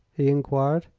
he enquired.